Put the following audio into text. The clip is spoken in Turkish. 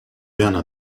yana